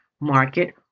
market